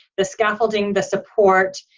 the scaffolding, the support,